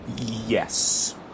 Yes